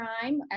crime